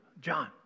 John